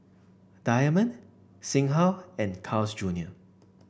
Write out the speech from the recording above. Diamond Singha and Carl's Junior